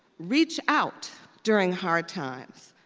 reach out during hard times,